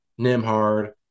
Nimhard